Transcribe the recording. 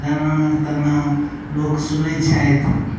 जेना तेना लोक सुनय छथि